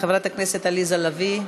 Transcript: חברת הכנסת עליזה לביא,